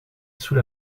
sous